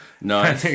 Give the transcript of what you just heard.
No